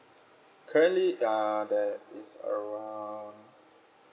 currently uh the it's around